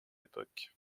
époques